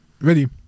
Ready